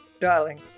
darling